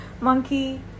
Monkey